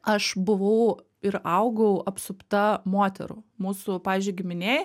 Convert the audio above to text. aš buvau ir augau apsupta moterų mūsų pavyzdžiui giminėj